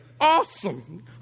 awesome